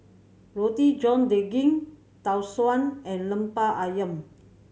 Roti John Daging Tau Suan and Lemper Ayam